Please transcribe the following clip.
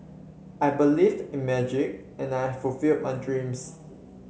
I believed in magic and I fulfilled my dreams